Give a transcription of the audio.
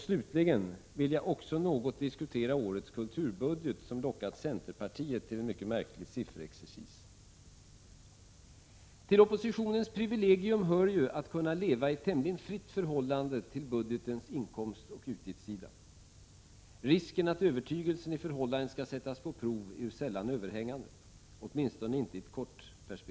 Slutligen vill jag något diskutera årets kulturbudget, som lockat centerpartiet till en märklig sifferexercis. Till oppositionens privilegium hör att kunna leva i ett tämligen fritt förhållande till budgetens inkomstoch utgiftssida. Risken att övertygelsen i förhållandet skall sättas på prov är ju sällan överhängande, åtminstone inte i ett kort perspektiv.